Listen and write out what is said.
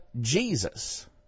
Jesus